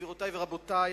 גבירותי ורבותי,